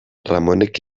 ramonek